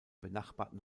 benachbarten